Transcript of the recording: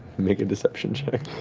make a deception check.